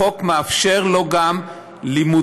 החוק מאפשר לו גם לימודים,